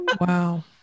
wow